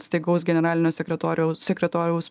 staigaus generalinio sekretoriaus sekretoriaus